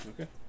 Okay